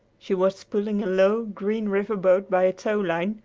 she was pulling a low, green river-boat by a towline,